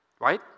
Right